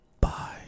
bye